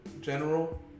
general